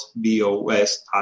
b-o-s